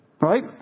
right